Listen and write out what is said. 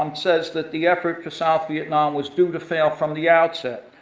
um says that the effort to south vietnam was doomed to fail from the outset.